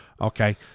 Okay